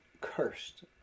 cursed